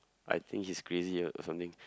I think he's crazy or or something